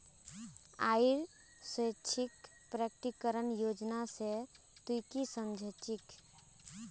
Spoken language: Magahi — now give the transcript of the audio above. आइर स्वैच्छिक प्रकटीकरण योजना से तू की समझ छि